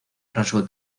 rasgo